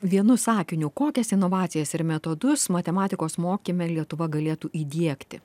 vienu sakiniu kokias inovacijas ir metodus matematikos mokyme lietuva galėtų įdiegti